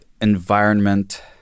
environment